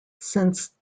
since